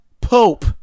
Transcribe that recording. pope